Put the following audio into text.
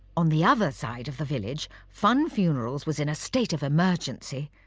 on the other side of the village, funn funerals was in a state of emergency.